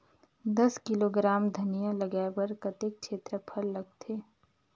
दस किलोग्राम धनिया लगाय बर कतेक क्षेत्रफल लगथे?